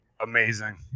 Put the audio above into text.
Amazing